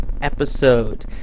episode